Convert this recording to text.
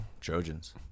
Trojans